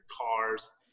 cars